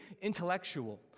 intellectual